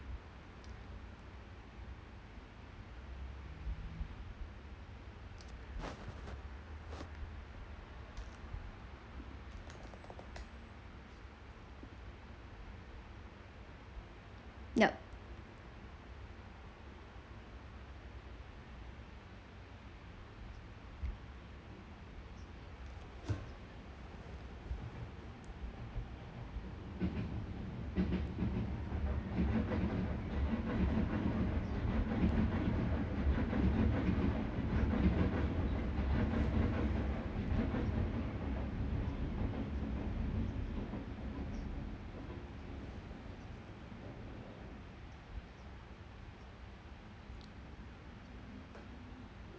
ya